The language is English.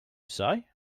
say